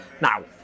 Now